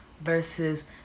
versus